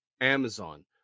amazon